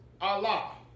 Allah